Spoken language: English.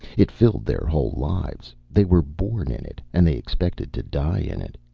it filled their whole lives. they were born in it, and they expected to die in it.